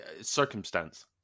circumstance